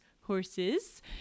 horses